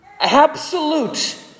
absolute